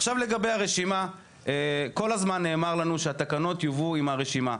עכשיו לגבי הרשימה: כל הזמן נאמר לנו שהתקנות יובאו עם הרשימה.